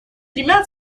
тремя